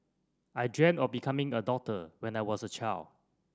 I dreamt of becoming a doctor when I was a child